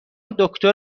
دکتر